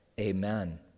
Amen